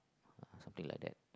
ah something like that